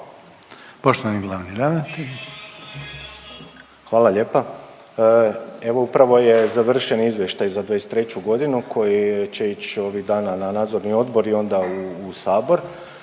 Poštovani glavni ravnatelj. **Šveb, Robert** Hvala lijepa. Evo upravo je završen izvještaj za 2023. godinu koji će ići ovih dana na Nadzorni odbor i onda u Sabor.